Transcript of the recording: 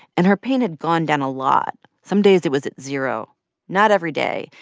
and her pain had gone down a lot. some days it was at zero not every day.